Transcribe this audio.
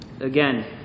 Again